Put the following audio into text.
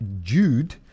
Jude